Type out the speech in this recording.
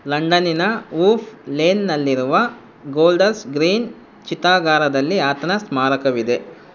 ಲಂಡನ್ನಿನ ಊಫ್ ಲೇನ್ನಲ್ಲಿರುವ Golders Green ಚಿತಾಗಾರದಲ್ಲಿ ಆತನ ಸ್ಮಾರಕವಿದೆ